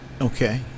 Okay